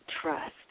trust